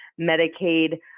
Medicaid